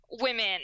women